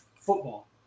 football